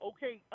Okay